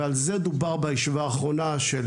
ועל זה דובר בישיבה האחרונה של